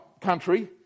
country